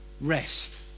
Rest